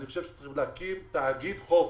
אני חושב שצריכים להקים תאגיד חוף,